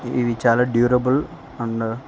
ఇవి చాలా durable and